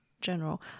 general